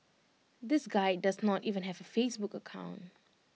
this guy does not even have A Facebook account